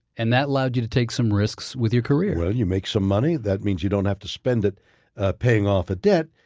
and that allowed you to take some risks with your career? well, you make some money, that means you don't have to spend it ah paying off a debt.